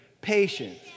Patience